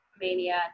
mania